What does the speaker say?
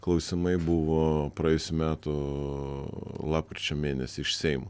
klausimai buvo praėjusių metų lapkričio mėnesį iš seimo